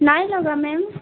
নাই লগা মেম